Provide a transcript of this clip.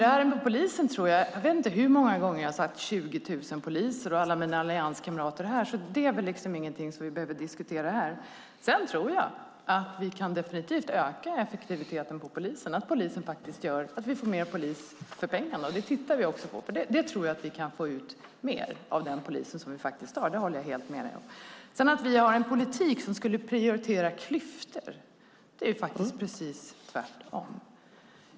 Fru talman! Jag vet inte hur många gånger jag har sagt 20 000 poliser, och det gäller också alla mina allianskamrater här. Det är ingenting som vi behöver diskutera här. Jag tror definitivt att vi kan öka effektiviteten hos polisen så att vi får mer polis för pengarna. Det tittar vi också på. Jag tror att vi kan få ut mer av den polis som vi har. Det håller jag helt med om. Du säger att vi har en politik som skulle prioritera klyftor. Det är precis tvärtom.